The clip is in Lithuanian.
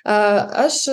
a aš